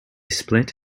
split